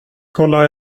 kolla